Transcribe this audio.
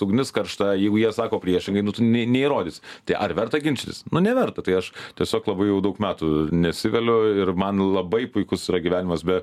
ugnis karšta jeigu jie sako priešingai ne neįrodysi tai ar verta ginčytis nu neverta tai aš tiesiog labai jau daug metų nesiveliu ir man labai puikus yra gyvenimas be